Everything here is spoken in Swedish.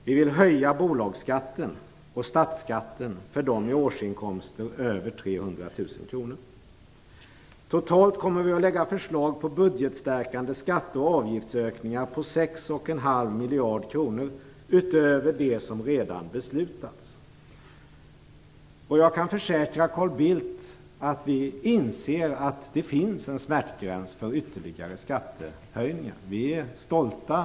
Vi vill höja bolagsskatten och statsskatten för dem med årsinkomster över 300 000 kr. Totalt kommer vi att lägga fram förslag om budgetstärkande skatte och avgiftsökningar på 6,5 miljarder kronor utöver det som redan beslutats. Jag kan försäkra Carl Bildt att vi inser att det finns en smärtgräns för ytterligare skattehöjningar.